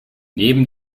neben